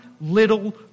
little